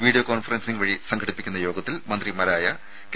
video conferencing വഴി സംഘടിപ്പിക്കുന്ന യോഗത്തിൽ മന്ത്രിമാരായ കെ